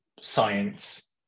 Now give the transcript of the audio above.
science